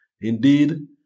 Indeed